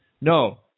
No